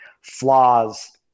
flaws